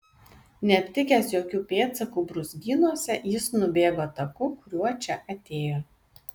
neaptikęs jokių pėdsakų brūzgynuose jis nubėgo taku kuriuo čia atėjo